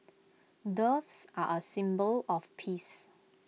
doves are A symbol of peace